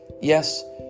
Yes